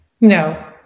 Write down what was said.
No